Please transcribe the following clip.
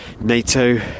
NATO